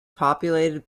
populated